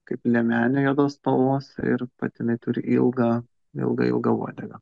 kaip liemenę juodos spalvos ir patinai turi ilgą ilgą ilgą uodegą